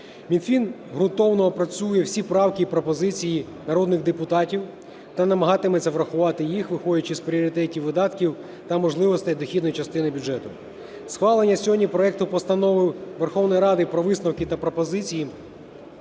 Мінфін ґрунтовно опрацює всі правки і пропозиції народних депутатів та намагатиметься врахувати їх, виходячи з пріоритетів видатків та можливостей дохідної частини бюджету. Схвалення сьогодні проекту Постанови Верховної Ради про висновки та пропозиції